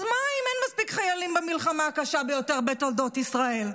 אז מה אם אין מספיק חיילים במלחמה הקשה ביותר בתולדות ישראל?